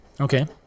Okay